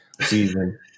season